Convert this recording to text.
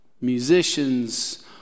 musicians